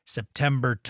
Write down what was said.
September